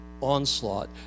onslaught